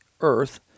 earth